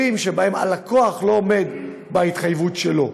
שבהם הלקוח לא עומד בהתחייבות שלו.